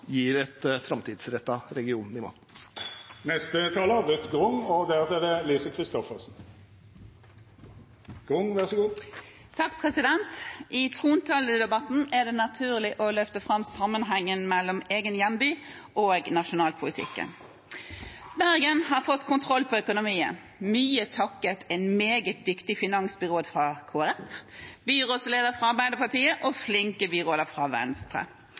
gir et framtidsrettet regionnivå. I trontaledebatten er det naturlig å løfte fram sammenhengen mellom egen hjemby og nasjonalpolitikken. Bergen har fått kontroll på økonomien, mye takket være en meget dyktig finansbyråd fra Kristelig Folkeparti, en byrådsleder fra Arbeiderpartiet og flinke byråder fra Venstre.